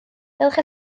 dylech